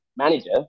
Manager